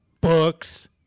books